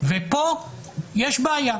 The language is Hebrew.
ופה יש בעיה.